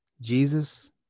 Jesus